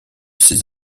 ces